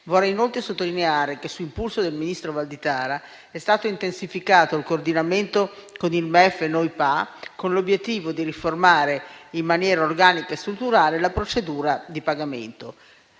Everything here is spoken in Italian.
Vorrei inoltre sottolineare che, su impulso del ministro Valditara, è stato intensificato il coordinamento con il MEF e NoiPA, con l'obiettivo di riformare in maniera organica e strutturale la procedura di pagamento.